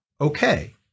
okay